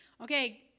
okay